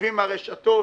יושבים הרשתות,